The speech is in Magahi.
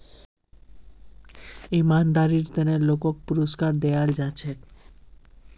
ईमानदारीर त न भी लोगक पुरुस्कार दयाल जा छेक